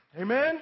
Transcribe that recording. Amen